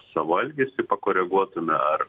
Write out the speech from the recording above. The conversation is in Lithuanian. savo elgesį pakoreguotume ar